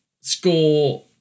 score